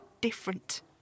different